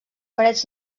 parets